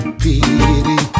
pity